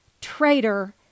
Traitor